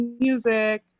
music